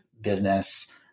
business